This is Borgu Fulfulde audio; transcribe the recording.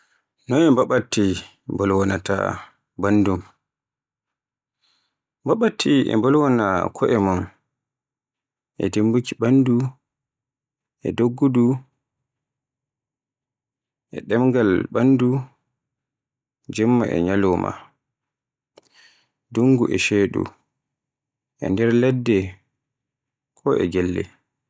Boy mbaɓatti mbolwaana ta banndum, mbaɓatti e mbolwaana ko'e mum e dumbuki ɓandu e doggudu e ɗemgal ɓandu jemma e nyalauma dungu e sheeɗu e nder ladde ko e gelle.